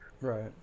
Right